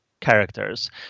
characters